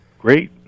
Great